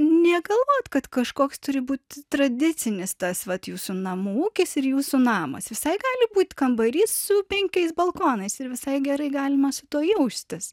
negalvoti kad kažkoks turi būt tradicinis tas vat jūsų namų ūkis ir jūsų namas visai gali būt kambarys su penkiais balkonais ir visai gerai galima su tuo jaustis